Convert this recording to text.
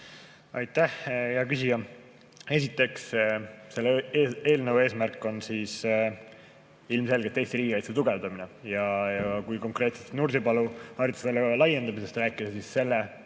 Aitäh, hea küsija! Esiteks, selle eelnõu eesmärk on ilmselgelt Eesti riigikaitse tugevdamine. Kui konkreetselt Nursipalu harjutusvälja laiendamisest rääkida, siis selle